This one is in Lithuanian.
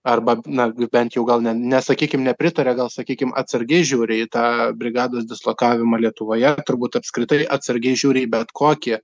arba na bent jau gal ne nesakykim nepritaria gal sakykim atsargiai žiūri į tą brigados dislokavimą lietuvoje turbūt apskritai atsargiai žiūri į bet kokį